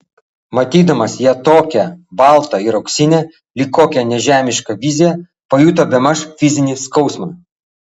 matydamas ją tokią baltą ir auksinę lyg kokią nežemišką viziją pajuto bemaž fizinį skausmą